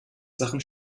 sachen